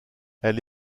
elle